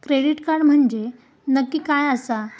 Credit card म्हंजे नक्की काय आसा?